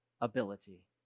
ability